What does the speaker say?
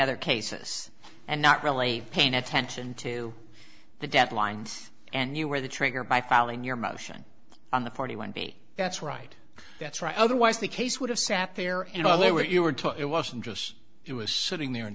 other cases and not really paying attention to the deadlines and you were the trigger by filing your motion on the forty one day that's right that's right otherwise the case would have sat there and all they were to it wasn't just it was sitting there in